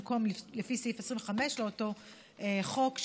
במקום לפי סעיף 25 לאותו חוק,